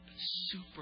Super